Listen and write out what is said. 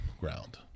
ground